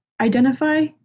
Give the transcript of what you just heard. identify